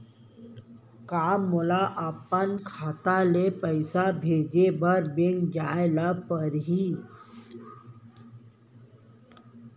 का मोला अपन खाता ले पइसा भेजे बर बैंक जाय ल परही?